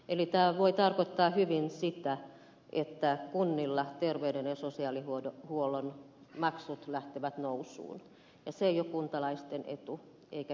eli tämä voi tarkoittaa hyvin sitä että kunnilla terveyden ja sosiaalihuollon maksut lähtevät nousuun ja se ei ole kuntalaisten etu eikä kenenkään etu